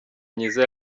myiza